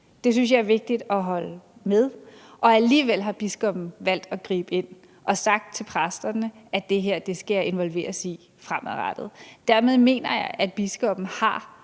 Det synes jeg er vigtigt at sige. Alligevel har biskoppen valgt at gribe ind og har sagt til præsterne: Det her skal jeg involveres i fremadrettet. Dermed mener jeg, at biskoppen har